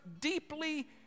deeply